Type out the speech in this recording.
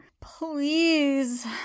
Please